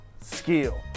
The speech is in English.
skill